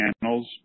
channels